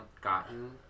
gotten